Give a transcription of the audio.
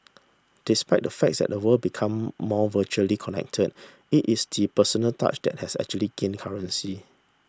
despite the fact that the world become more virtually connected it is the personal touch that has actually gained currency